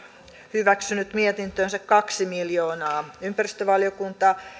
hyväksynyt mietintöönsä kaksi miljoonaa ympäristövaliokunta